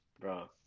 Bro